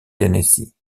tennessee